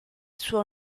suo